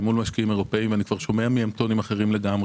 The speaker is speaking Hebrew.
ואירופאים ושומע מהם טונים אחרים לגמרי.